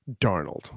Darnold